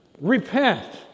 Repent